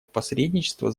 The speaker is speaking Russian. посредничества